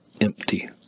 empty